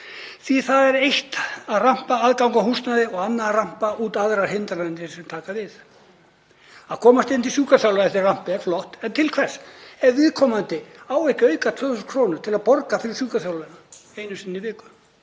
Því að það er eitt að rampa aðgang að húsnæði og annað að rampa út aðrar hindranir sem taka við. Að komast inn til sjúkraþjálfara eftir rampi er flott, en til hvers er það ef viðkomandi á ekki auka 2.000 kr. til að borga fyrir sjúkraþjálfunina einu sinni í viku